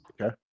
Okay